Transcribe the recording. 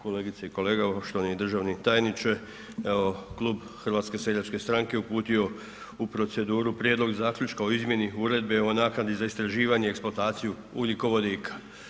Kolegice i kolege, poštovani državni tajniče, evo Klub HSS-a je uputio u proceduru prijedlog zaključka o izmjeni Uredbe o naknadi za istraživanje i eksploataciju ugljikovodika.